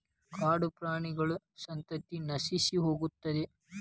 ಕಾಡುಪ್ರಾಣಿಗಳ ಸಂತತಿಯ ನಶಿಸಿಹೋಗುತ್ತದೆ